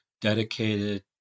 dedicated